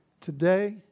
today